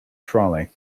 trolley